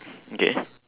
okay